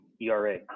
ERA